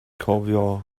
cofio